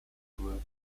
group